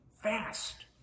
fast